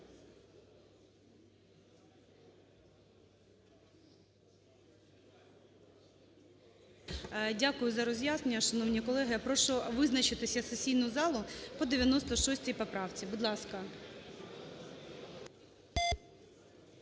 Дякую за роз'яснення. Шановні колеги, я прошу визначитися сесійну залу по 96 поправці. Будь ласка.